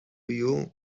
you